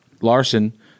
Larson